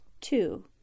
Two